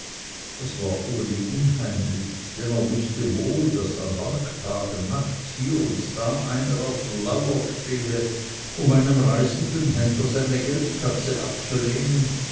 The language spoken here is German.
es war uli unheimlich denn er wußte wohl daß an markttagen nachts hier und da einer auf der lauer stehe um einem reisenden händler seine geldkatze abzunehmen